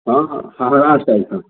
हाँ हाँ हमरा